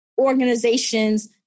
organizations